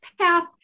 path